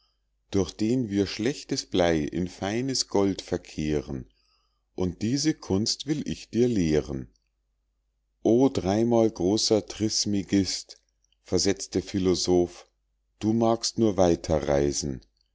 durch den wir schlechtes blei in feines gold verkehren und diese kunst will ich dir lehren o dreimal großer trismegist versetzt der philosoph du magst nur weiter reisen